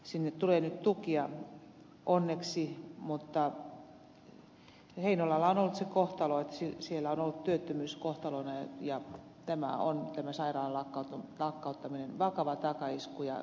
sinne tulee nyt tukia onneksi mutta heinolalla on ollut se kohtalo että siellä on ollut työttömyys kohtalona ja tämä sairaalan lakkauttaminen on vakava takaisku